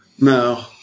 No